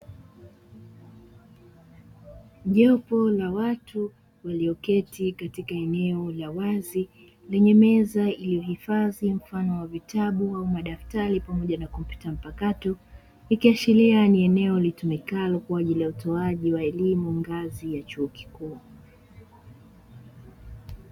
Jopo la watu lililoketi katika eneo la wazi lenye meza iliyohifadhi mfano wa vitabu au madaftari pamoja na kompyuta mpakato, ikiashiria ni eneo litumikalo kwa ajili ya utoaji wa elimu ngazi ya chuo kikuu.